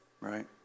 right